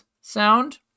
sound